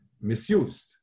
misused